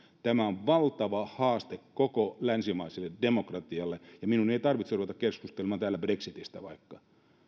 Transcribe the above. tämä on valtava haaste koko länsimaiselle demokratialle minun ei tarvitse ruveta keskustelemaan täällä vaikka brexitistä ja siitä